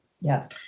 Yes